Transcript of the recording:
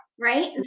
Right